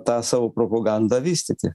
tą savo propagandą vystyti